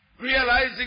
realizing